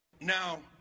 now